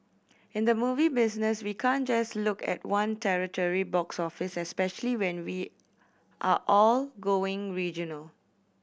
in the movie business we can't just look at one territory box office especially when we are all going regional